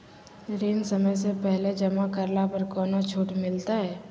ऋण समय से पहले जमा करला पर कौनो छुट मिलतैय?